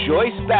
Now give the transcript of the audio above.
Joyce